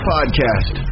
Podcast